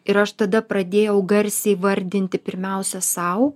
ir aš tada pradėjau garsiai vardinti pirmiausia sau